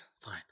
fine